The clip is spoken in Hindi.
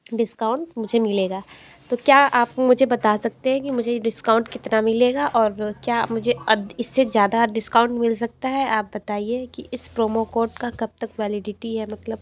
डिस्काउंट मुझे मिलेगा तो क्या आप मुझे बता सकते हैं कि मुझे ये डिस्काउंट कितना मिलेगा और क्या मुझे इससे ज़्यादा डिस्काउंट मिल सकता है आप बताइए कि इस प्रोमो कौड का कब तक वैलिडिटी है मतलब